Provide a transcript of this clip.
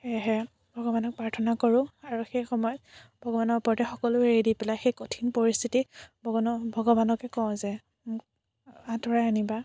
সেয়েহে ভগৱানক প্ৰাৰ্থনা কৰোঁ আৰু সেই সময়ত ভগৱানৰ ওপৰতে সকলো এৰি দি পেলাই সেই কঠিন পৰিস্থিতি ভগৱান ভগৱানকে কওঁ যে মোক আঁতৰাই আনিবা